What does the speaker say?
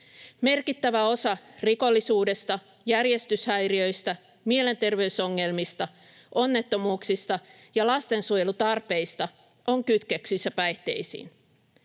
Merkittävä osa rikollisuudesta, järjestyshäiriöistä, mielenterveysongelmista, onnettomuuksista ja lastensuojelutarpeista on kytköksissä päihteisiin.